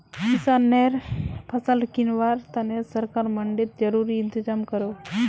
किस्सानेर फसल किंवार तने सरकार मंडित ज़रूरी इंतज़ाम करोह